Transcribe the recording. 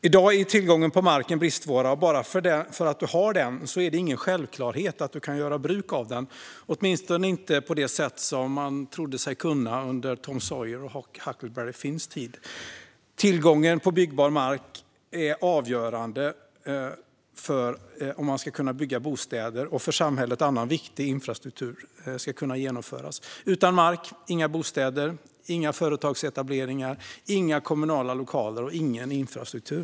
I dag är mark en bristvara, och att ha mark innebär inte att du självklart kan göra bruk av den - åtminstone inte på det sätt man trodde sig kunna under Tom Sawyers och Huckleberry Finns tid. Tillgången på byggbar mark är avgörande för möjligheten att bygga bostäder och annan för samhället viktig infrastruktur. Utan mark inga bostäder, inga företagsetableringar, inga kommunala lokaler och ingen infrastruktur.